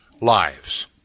lives